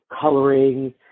coloring